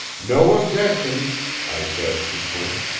no objections i said, to quint.